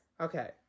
Okay